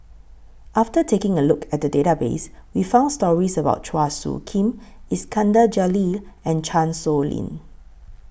after taking A Look At The Database We found stories about Chua Soo Khim Iskandar Jalil and Chan Sow Lin